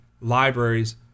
libraries